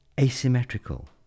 asymmetrical